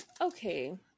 okay